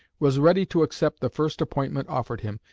was ready to accept the first appointment offered him,